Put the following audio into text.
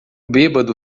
bêbado